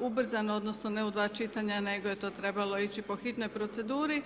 ubrzano, odnosno, ne u 2 čitanja, nego je to trebalo ići po hitnoj proceduri.